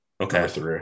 Okay